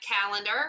calendar